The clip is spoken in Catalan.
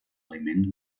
aliments